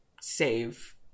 save